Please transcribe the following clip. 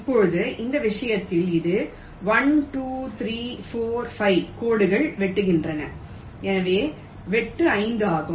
இப்போது இந்த விஷயத்தில் இது 1 2 3 4 5 கோடுகள் வெட்டுகின்றன எனவே வெட்டு 5 ஆகும்